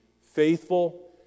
faithful